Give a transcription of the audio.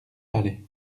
aller